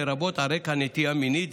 לרבות על רקע נטייה מינית,